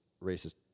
racist